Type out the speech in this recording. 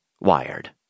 WIRED